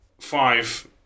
five